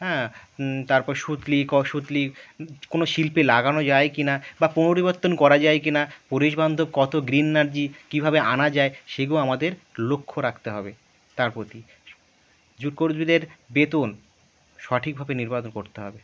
হ্যাঁ তারপর সুতলি ক সুতলি কোনও শিল্পে লাগানো যায় কি না বা পুনরিবর্তন করা যায় কি না পরিবেশবান্ধব কত গ্রিন এনার্জি কীভাবে আনা যায় সেগুলো আমাদের লক্ষ্য রাখতে হবে তার প্রতি জুট কর্মীদের বেতন সঠিকভাবে নির্বাচন করতে হবে